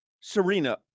Serena